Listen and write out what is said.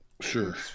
Sure